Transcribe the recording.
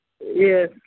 Yes